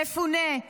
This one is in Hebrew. מפונה,